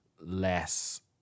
less